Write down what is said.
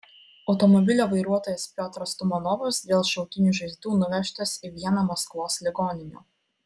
automobilio vairuotojas piotras tumanovas dėl šautinių žaizdų nuvežtas į vieną maskvos ligoninių